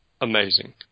amazing